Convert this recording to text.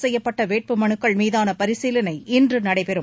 செய்யப்பட்ட வேட்புமனுக்கள் மீதான பரிசீலனை இன்று நடைபெறும்